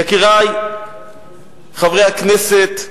יקירי חברי הכנסת,